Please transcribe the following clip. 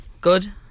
Good